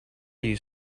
you